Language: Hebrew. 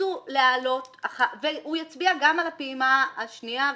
הוא יצביע גם על הפעימה השנייה והשלישית.